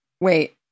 wait